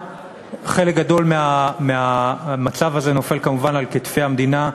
חלק גדול מהמצב הזה נופל כמובן על כתפי המדינה,